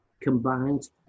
combined